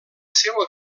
seua